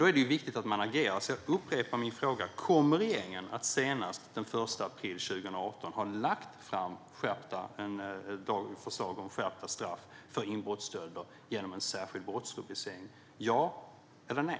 Då är det viktigt att man agerar, så jag upprepar min fråga: Kommer regeringen att senast den 1 april 2018 ha lagt fram förslag om skärpta straff för inbrottsstölder genom en särskild brottsrubricering - ja eller nej?